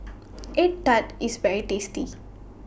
Egg Tart IS very tasty